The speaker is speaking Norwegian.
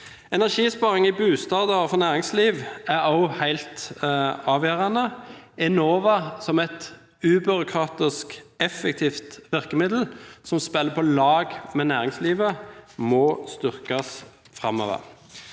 Energisparing i boliger og i næringslivet er også helt avgjørende. Enova, som et ubyråkratisk, effektivt virkemiddel som spiller på lag med næringslivet, må styrkes framover.